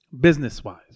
business-wise